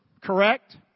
Correct